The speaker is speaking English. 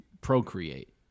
procreate